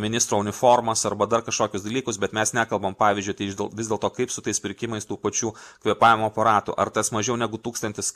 ministro uniformas arba dar kažkokius dalykus bet mes nekalbam pavyzdžiui tai vis dėlto kaip su tais pirkimais tų pačių kvėpavimo aparatų ar tas mažiau negu tūkstantis